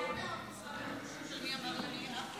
ההצעה להעביר את